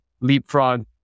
Leapfrog